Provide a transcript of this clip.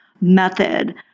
method